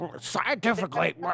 Scientifically